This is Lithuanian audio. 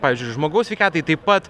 pavyzdžiui žmogaus sveikatai taip pat